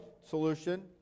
solution